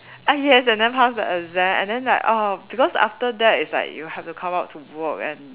ah yes and then pass the exam and then like ah because after that it's like you have to come out to work and